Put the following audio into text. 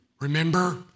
Remember